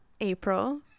April